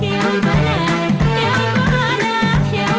yeah yeah